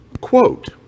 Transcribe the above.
quote